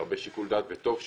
הרבה שיקול דעת וטוב שכך,